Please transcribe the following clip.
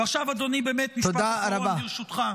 ועכשיו, אדוני, באמת משפט אחרון, ברשותך.